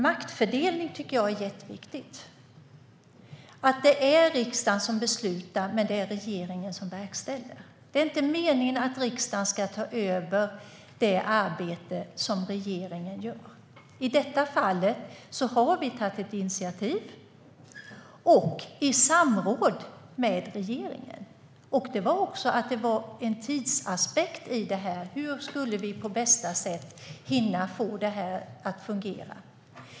Maktfördelningen är jätteviktig: Det är riksdagen som beslutar men regeringen som verkställer. Det är inte meningen att riksdagen ska ta över det arbete som regeringen gör. I detta fall har utskottet tagit ett initiativ i samråd med regeringen. Det fanns en tidsaspekt: Hur skulle vi på bästa sätt hinna få det hela att fungera?